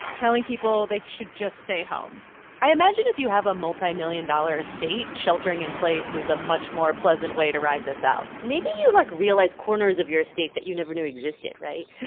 telling people they should just stay home i imagine if you have a multimillion-dollar estate, sheltering in place is a much more pleasant way to ride this out maybe you, like, realize corners of your estate that you never knew existed, right?